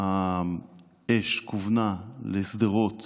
עיקר האש כוון לשדרות